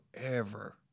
forever